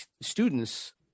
students